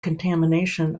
contamination